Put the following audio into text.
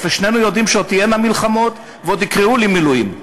ושנינו יודעים שעוד תהיינה מלחמות ועוד יקראו למילואים,